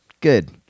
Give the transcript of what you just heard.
good